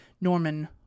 Norman